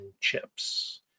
chips